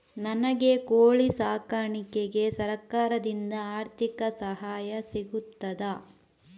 ನನಗೆ ಕೋಳಿ ಸಾಕಾಣಿಕೆಗೆ ಸರಕಾರದಿಂದ ಆರ್ಥಿಕ ಸಹಾಯ ಸಿಗುತ್ತದಾ?